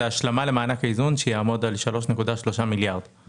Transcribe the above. זאת השלמה למענק האיזון שיעמוד על 3.3 מיליארד שקלים.